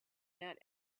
that